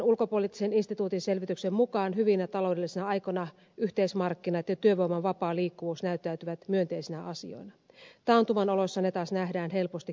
ulkopoliittisen instituutin tuoreen selvityksen mukaan hyvinä taloudellisina aikoina yhteismarkkinat ja työvoiman vapaa liikkuvuus näyttäytyvät myönteisinä asioina taantuman oloissa ne taas nähdään helposti kielteisinä tekijöinä